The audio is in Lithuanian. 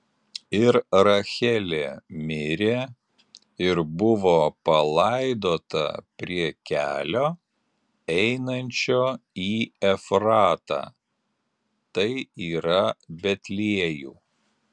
ir rachelė mirė ir buvo palaidota prie kelio einančio į efratą tai yra betliejų